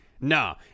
no